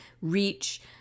reach